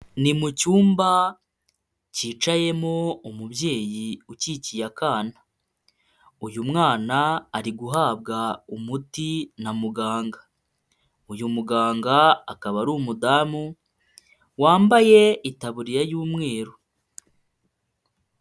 Ni mu cyumba kicayemo umubyeyi ukikiye, akana uyu mwana ari guhabwa umuti na muganga, uyu muganga akaba ari umudamu wambaye itaburiya y'umweru.